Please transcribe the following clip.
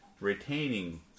retaining